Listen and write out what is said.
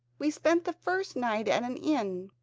we spent the first night at an inn.